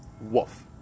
wolf